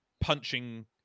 punching